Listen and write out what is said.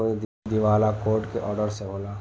कोई दिवाला कोर्ट के ऑर्डर से होला